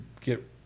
get